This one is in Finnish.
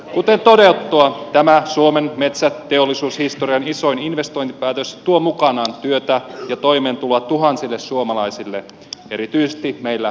kuten todettua tämä suomen metsäteollisuushistorian isoin investointipäätös tuo mukanaan työtä ja toimeentuloa tuhansille suomalaisille erityisesti meillä keski suomessa